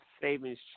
Savings